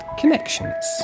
Connections